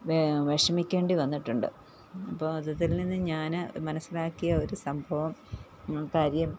വിഷമിക്കേണ്ടി വന്നിട്ടുണ്ട് അപ്പോള് അതിൽ നിന്ന് ഞാന് മനസ്സിലാക്കിയ ഒരു സംഭവം കാര്യം